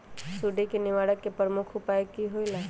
सुडी के निवारण के प्रमुख उपाय कि होइला?